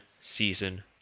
Season